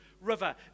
River